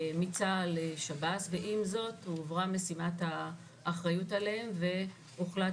מצה"ל לשב"ס ועם זאת הועברה משימת האחריות עליהם והוחלט